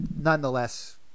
nonetheless